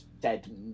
..dead